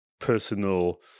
personal